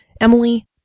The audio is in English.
Emily